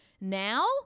now